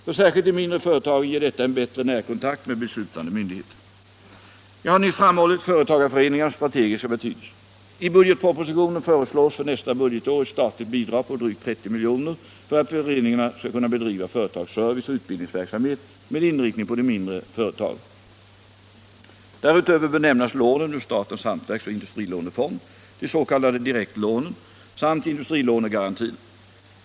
För särskilt de mindre företagen ger detta en bättre närkontakt med beslutande myndighet. Jag har nyss framhållit företagareföreningarnas strategiska betydelse. I budgetpropositionen föreslås för nästa budgetår ett statligt bidrag på drygt 30 milj.kr. för att föreningarna skall kunna bedriva företagsserviceoch utbildningsverksamhet med inriktning på de mindre företagen. Därutöver bör nämnas lånen ur statens hantverksoch industrilånefond — de s.k. direktlånen — samt industrilånegarantierna.